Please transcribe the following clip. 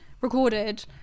recorded